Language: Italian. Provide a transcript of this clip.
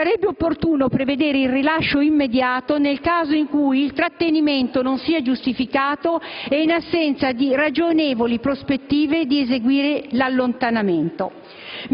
sarebbe opportuno prevedere il rilascio immediato nel caso in cui il trattenimento non sia giustificato e in assenza di ragionevoli prospettive di eseguire l'allontanamento.